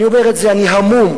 אני המום,